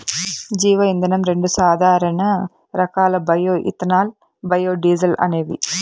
జీవ ఇంధనం రెండు సాధారణ రకాలు బయో ఇథనాల్, బయోడీజల్ అనేవి